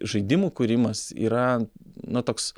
žaidimų kūrimas yra na toks